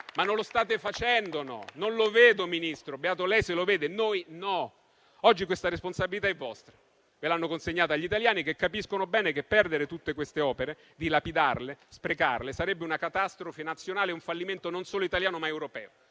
ma non lo state facendo, non lo vedo, Ministro: beato lei, se lo vede, noi no. Oggi questa responsabilità è vostra, ve l'hanno consegnata gli italiani, che capiscono bene che perdere tutte queste opere, dilapidarle, sprecarle sarebbe una catastrofe nazionale, un fallimento, non solo italiano, ma europeo.